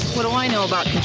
what do i know about